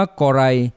korai